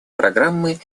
программы